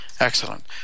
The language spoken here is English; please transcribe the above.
Excellent